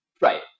right